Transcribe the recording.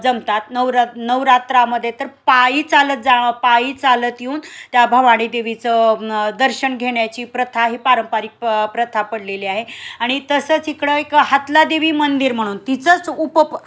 जमतात नवरात नवरात्रामध्ये तर पायी चालत जां पायी चालत येऊन त्या भावानी देवीचं दर्शन घेण्याची प्रथा ही पारंपरिक प प्रथा पडलेली आहे आणि तसंच इकडं एक हातला देवी मंदिर म्हणून तिचंच उप